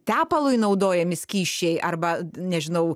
tepalai naudojami skysčiai arba nežinau